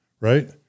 right